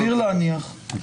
סביר להניח.